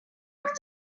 black